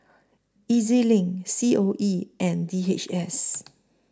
E Z LINK C O E and D H S